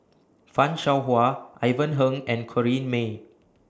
fan Shao Hua Ivan Heng and Corrinne May